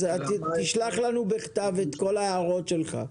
אם כן, תשלח לנו בכתב את כל ההערות שלכם.